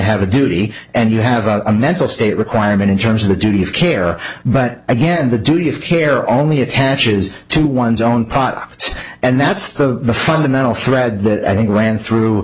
have a duty and you have a mental state requirement in terms of the duty of care but again the duty of care only attaches to one's own pockets and that's the fundamental thread that i think ran through